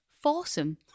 foursome